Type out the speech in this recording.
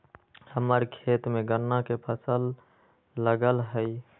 हम्मर खेत में गन्ना के फसल लगल हई